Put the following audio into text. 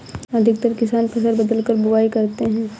अधिकतर किसान फसल बदलकर बुवाई करते है